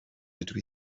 dydw